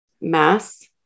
mass